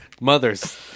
Mothers